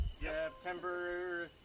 September